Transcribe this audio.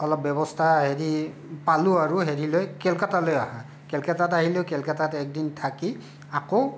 অলপ ব্যৱস্থা হেৰি পালোঁ আৰু হেৰিলৈ কেলকাতালৈ অহা কেলকাতাত আহিলোঁ কেলকাতাত একদিন থাকি আকৌ